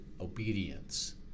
obedience